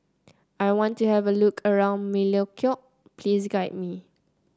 I want to have a look around Melekeok please guide me